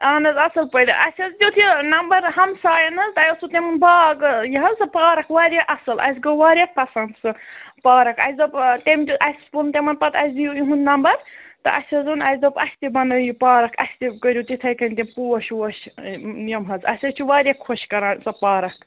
اہن حظ اَصٕل پٲٹھۍ اَسہِ حظ دیُت یہِ نمبر ہمسایَن حظ تۄہہِ اوسوُ تِمن باغ یہِ حظ سُہ پارک واریاہ اَصٕل اَسہِ گوٚو واریاہ پَسنٛد سُہ پارک اَسہِ دوٚپ تَمہِ تہِ اَسہِ ووٚن تِمن پتہٕ اَسہِ دِیِو یِہُنٛد نمبر تہٕ اَسہِ حظ اوٚن اَسہِ دوٚپ اَسہِ تہِ بَنٲیِو یہِ پارک اَسہِ تہِ کٔرِو تِتھَے کَنۍ تِم پوش ووش یِم حظ اَسہِ حظ چھِ واریاہ خۄش کَران سۄ پارک